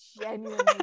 genuinely